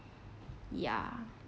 ya